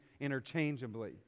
interchangeably